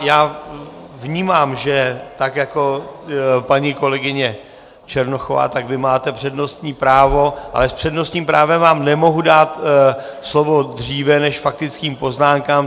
Já vnímám, že tak jako paní kolegyně Černochová, tak vy máte přednostní právo, ale s přednostním právem vám nemohu dát slovo dříve než faktickým poznámkám.